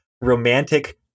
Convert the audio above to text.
romantic